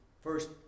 first